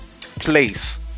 place